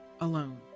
alone